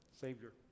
savior